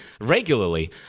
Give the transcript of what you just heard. regularly